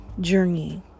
journey